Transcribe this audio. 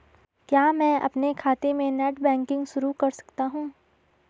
क्या मैं अपने खाते में नेट बैंकिंग शुरू कर सकता हूँ?